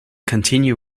continue